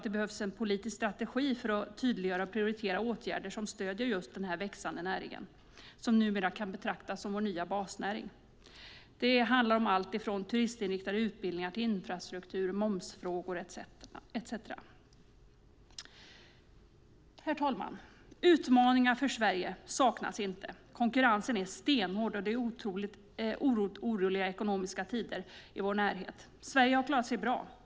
Det behövs en politisk strategi för att tydliggöra och prioritera åtgärder som stöder just denna växande näring, som numera kan betraktas som vår nya basnäring. Det handlar om allt ifrån turistinriktade utbildningar till infrastruktur, momsfrågor etcetera. Herr talman! Utmaningar för Sverige saknas inte. Konkurrensen är stenhård, och det är oroliga ekonomiska tider i vår närhet. Sverige har klarat sig bra.